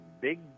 big